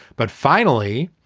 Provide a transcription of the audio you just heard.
but finally,